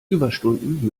überstunden